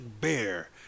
bear